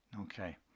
Okay